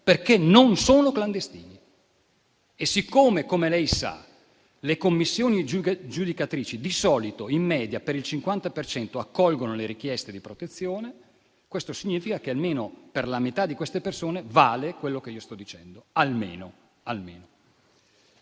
perché non solo clandestini. Siccome - come lei sa - le commissioni giudicatrici in media, per il 50 per cento, accolgono le richieste di protezione, questo significa che almeno per la metà di queste persone vale quello che io sto dicendo.